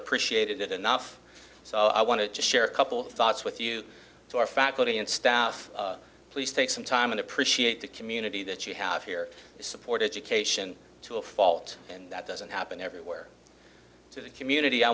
appreciated it enough so i wanted to share a couple thoughts with you to our faculty and staff please take some time and appreciate the community that you have here is supported education to a fault and that doesn't happen everywhere to the community i